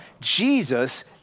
Jesus